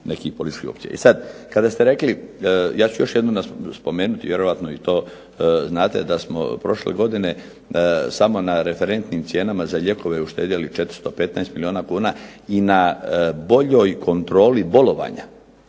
nekih političkih opcija. I sad kada ste rekli, ja ću još jednom spomenuti, vjerojatno i to znate da smo prošle godine samo na referentnim cijenama za lijekove uštedjeli 415 milijuna kuna i na boljoj kontroli bolovanja